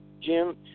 Jim